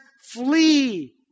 flee